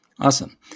awesome